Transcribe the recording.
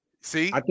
See